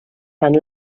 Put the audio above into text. tant